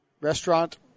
Restaurant